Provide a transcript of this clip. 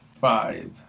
five